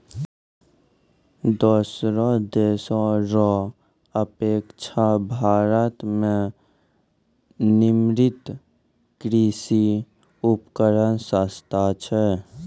दोसर देशो रो अपेक्षा भारत मे निर्मित कृर्षि उपकरण सस्ता छै